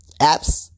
apps